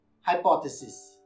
hypothesis